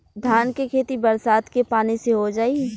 धान के खेती बरसात के पानी से हो जाई?